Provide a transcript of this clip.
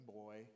boy